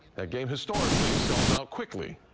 that game historically sells out quickly,